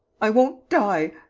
i won't die.